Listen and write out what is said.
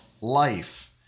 life